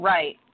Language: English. Right